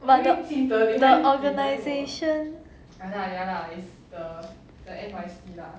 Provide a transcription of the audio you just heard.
but the the organisation